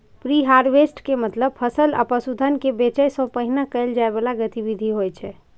preharvest के मतलब फसल या पशुधन कें बेचै सं पहिने कैल जाइ बला गतिविधि होइ छै